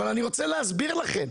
אבל אני רוצה להסביר לכם,